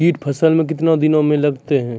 कीट फसलों मे कितने दिनों मे लगते हैं?